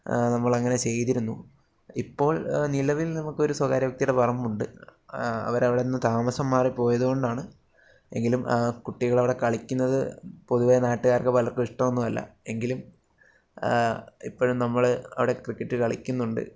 നമ്മളങ്ങനെ ചെയ്തിരുന്നു ഇപ്പോൾ നിലവിൽ നമുക്കൊരു സ്വകാര്യവ്യക്തിയുടെ പറമ്പുണ്ട് അവരവിടുന്ന് താമസം മാറി പോയതുകൊണ്ടാണ് എങ്കിലും കുട്ടികളവിടെ കളിക്കുന്നത് പൊതുവെ നാട്ടുകാർക്ക് പലർക്കും ഇഷ്ടമൊന്നുമല്ല എങ്കിലും ഇപ്പോഴും നമ്മൾ അവിടെ ക്രിക്കറ്റ് കളിക്കുന്നുണ്ട്